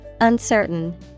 Uncertain